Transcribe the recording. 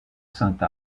sainte